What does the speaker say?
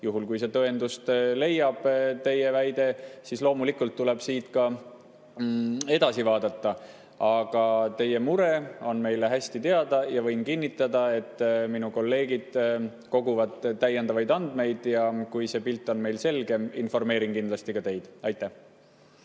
Juhul kui teie väide tõendust leiab, siis loomulikult tuleb siit ka edasi vaadata. Aga teie mure on meile hästi teada ja võin kinnitada, et minu kolleegid koguvad täiendavaid andmeid ja kui see pilt on selgem, informeerin kindlasti ka teid. Aitäh!